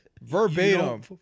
verbatim